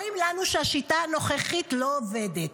אומרים לנו שהשיטה הנוכחית לא עובדת.